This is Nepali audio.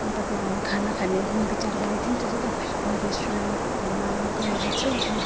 तपाईँ खाना खाने विचार गरेको थियौँ त्यो चाहिँ तपाईँहरूको रेस्टुरेन्टमा गएर चाहिँ अब